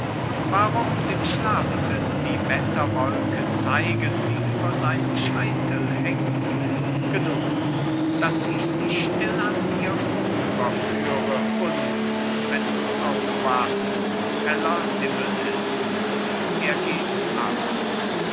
warum dem schlafenden die wetterwolke zeigen die über seinem scheitel hängt genug daß ich sie still an dir vorüberführe und wenn du aufwachst heller himmel ist er geht ab